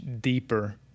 deeper